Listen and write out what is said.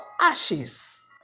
ashes